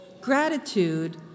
gratitude